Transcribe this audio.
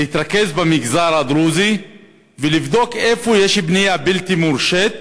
להתרכז במגזר הדרוזי ולבדוק איפה יש בנייה בלתי מורשית